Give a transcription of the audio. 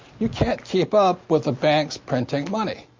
you can't keep up with the banks printing money.